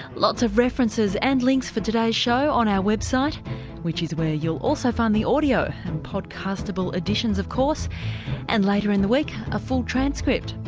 lots of references and links for today's show on our website which is where you'll also find the audio and podcastable additions of course and later in the week a full transcript.